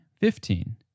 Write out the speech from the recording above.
fifteen